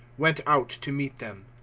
went out to meet them.